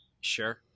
Sure